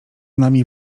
nami